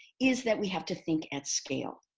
is that we have to think at scale.